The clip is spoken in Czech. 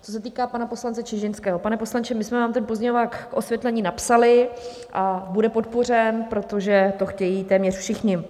Co se týká pana poslance Čižinského: pane poslanče, my jsme vám ten pozměňovák osvětlení napsali a bude podpořen, protože to chtějí téměř všichni.